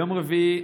ביום רביעי,